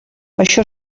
això